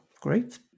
Great